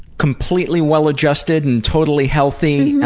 completely well-adjusted and totally healthy.